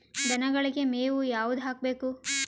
ದನಗಳಿಗೆ ಮೇವು ಯಾವುದು ಹಾಕ್ಬೇಕು?